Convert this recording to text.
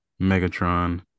Megatron